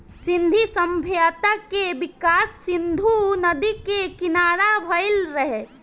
सिंधु सभ्यता के विकास सिंधु नदी के किनारा भईल रहे